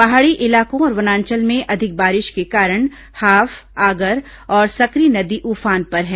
पहाड़ी इलाकों और वनाचंल में अधिक बारिश के कारण हाफ आगर और सकरी नदी उफान पर है